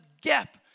gap